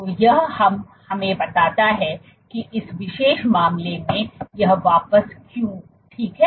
तो यह अब हमें बताता है कि इस विशेष मामले में यह वापस क्यों ठीक है